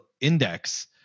index